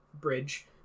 bridge